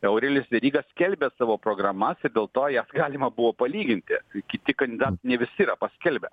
aurelijus veryga skelbė savo programas dėl to jas galima buvo palyginti kiti kandidatai ne visi yra paskelbę